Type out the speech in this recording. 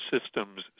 systems